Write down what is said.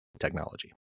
technology